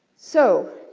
so,